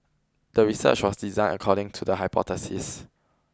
the research was designed according to the hypothesis